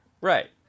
Right